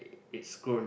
it's grown